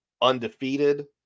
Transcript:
undefeated